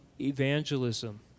evangelism